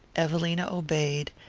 evelina obeyed,